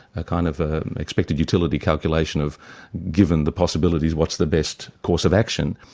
a kind of ah expected utility calculation of given the possibilities what's the best course of action,